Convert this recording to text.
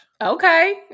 Okay